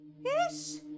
Yes